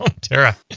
Tara